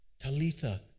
Talitha